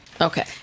Okay